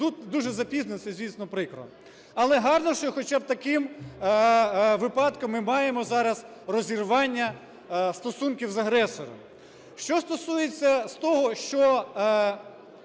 Дуже запізно, це, дійсно, прикро. Але гарно, що хоча б таким випадком ми маємо зараз розірвання стосунків з агресором. Що стосується з того, що